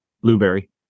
blueberry